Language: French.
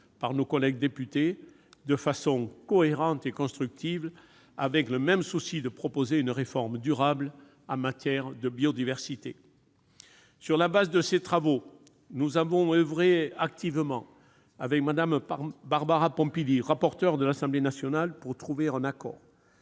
par nos collègues députés, de façon cohérente et constructive, avec le même souci de proposer une réforme durable en matière de biodiversité. Sur le fondement de ces travaux, nous avons oeuvré activement avec Mme Barbara Pompili, rapporteure de l'Assemblée nationale, pour trouver un accord.